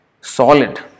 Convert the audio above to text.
solid